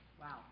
Wow